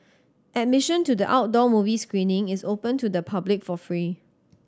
admission to the outdoor movie screening is open to the public for free